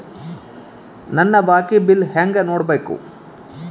ನನ್ನ ಬಾಕಿ ಬಿಲ್ ಹೆಂಗ ನೋಡ್ಬೇಕು?